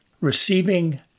Receiving